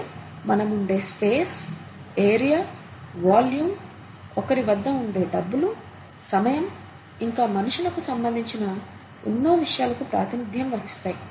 అంటే మనం ఉండే స్పేస్ ఏరియా వాల్యూం ఒకరి వద్ద ఉండే డబ్బులు సమయం ఇంకా మనుషులకు సంబంధించిన ఎన్నో విషయాలకు ప్రాతినిధ్యం వహిస్తాయి